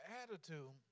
attitude